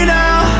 now